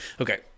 Okay